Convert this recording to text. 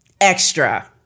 extra